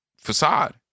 facade